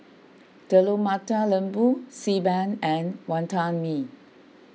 Telur Mata Lembu Xi Ban and Wantan Mee